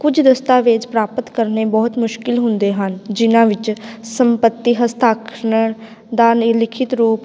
ਕੁਝ ਦਸਤਾਵੇਜ਼ ਪ੍ਰਾਪਤ ਕਰਨੇ ਬਹੁਤ ਮੁਸ਼ਕਿਲ ਹੁੰਦੇ ਹਨ ਜਿਹਨਾਂ ਵਿੱਚ ਸੰਪੱਤੀ ਹਸਤਾਖਰ ਦਾ ਨਹੀਂ ਲਿਖਿਤ ਰੂਪ